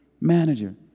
manager